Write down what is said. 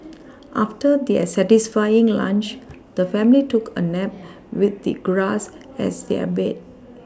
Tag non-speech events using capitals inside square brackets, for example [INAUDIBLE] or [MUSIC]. [NOISE] after their satisfying lunch the family took a nap with the grass as their bed